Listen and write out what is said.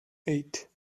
eight